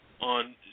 on